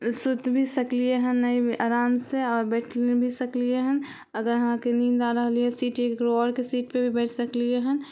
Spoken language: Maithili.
सुति भी सकलिए हन ओहिमे आराम से और बैठ भी सकलिए हन अगर अहाँके नींद आ रहल हँ सीट अय केकरो आओर के सीट पर भी बैठ सकलिए हन